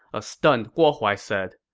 a stunned guo huai said.